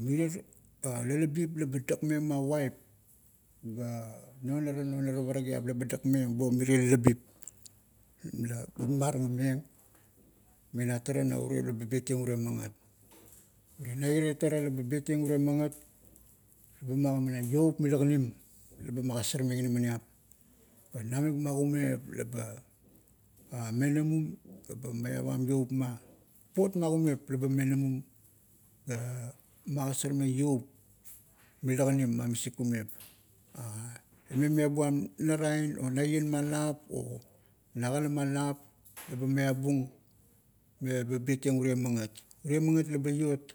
Mirie lalabip laba dakmeng ma uap, ga non ara, non parakiap laba dakmeng bo mirie lalabip laba dakmeng ma uap, ga non ara, non ara parakiap laba dakmeng mena tara na irie leba betieng urie magat. Na irie tara laba betieng urie magat, ba magi-manang ioup mila kanim laba magasarmeng inaminiap, namik ma kumep laba menamum gaba maivam ioup ma. Papot ma kumep laba menamun ga magasarmeng ioup mila kanim ma misik kumep ime miabuam narain, o naien ma lap, o nagala ma lap eba maibung meba betieng urie magat. urie magat laba iot,